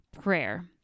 prayer